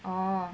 哦